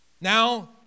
now